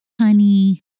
honey